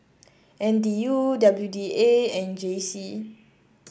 N T U W D A and J C